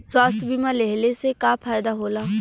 स्वास्थ्य बीमा लेहले से का फायदा होला?